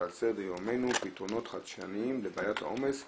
ועל סדר יומנו פתרונות חדשניים לבעיית העומס בכבישים,